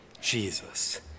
Jesus